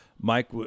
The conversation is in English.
Mike